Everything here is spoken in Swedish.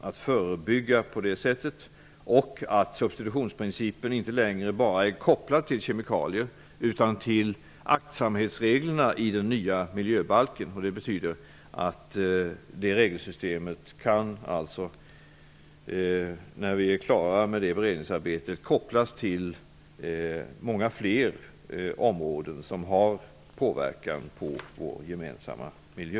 Att på det sättet förebygga och att substitutionsprincipen inte längre bara är kopplad till kemikalier utan till aktsamhetsreglerna i den nya miljöbalken betyder att regelsystemet, när beredningsarbetet är färdigt, kan kopplas till många fler områden som har påverkan på vår gemensamma miljö.